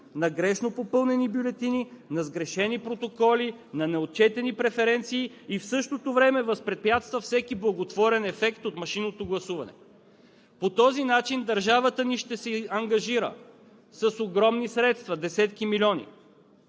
на грешно попълнени бюлетини, на сгрешени протоколи, на неотчетени преференции и в същото време възпрепятства всеки благотворен ефект от машинното гласуване. По този начин държавата ни ще се ангажира с огромни средства – десетки милиони,